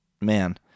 man